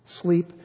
Sleep